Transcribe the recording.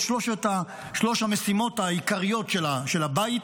את שלוש המשימות העיקריות של הבית: